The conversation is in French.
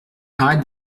arrête